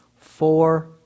four